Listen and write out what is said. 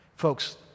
Folks